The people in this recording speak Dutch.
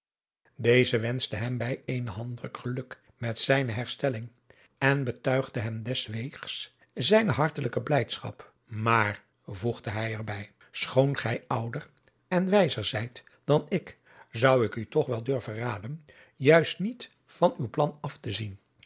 deze wenschte hem bij eenen handdruk geluk met zijne herstelling en betuigde hem deswegens zijne hartelijke blijdschap maar voegde hij er bij schoon gij ouder en wijzer zijt dan ik zou ik u toch wel durven a aden juist niet van uw plan af te zien